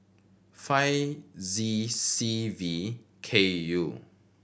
five Z C V K U